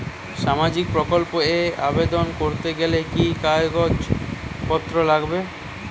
সামাজিক প্রকল্প এ আবেদন করতে গেলে কি কাগজ পত্র লাগবে?